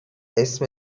اسم